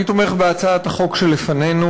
אני תומך בהצעת החוק שלפנינו.